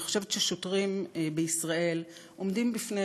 אני חושבת ששוטרים בישראל עומדים בפני